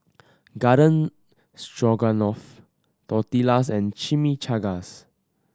Garden Stroganoff Tortillas and Chimichangas